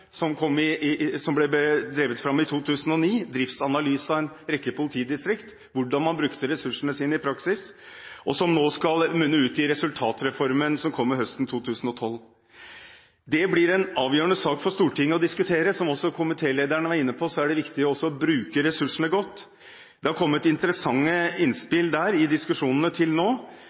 som ble drevet fram i 2009 – en driftsanalyse av en rekke politidistrikt om hvordan man brukte ressursene sine i praksis, og som nå skal munne ut i resultatreformen som kommer høsten 2012. Det blir en avgjørende sak for Stortinget å diskutere. Som også komitélederen var inne på, er det viktig å bruke ressursene godt. Det har kommet interessante innspill til diskusjonene til nå.